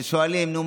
ששואלים: נו,